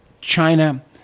China